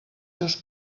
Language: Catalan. seus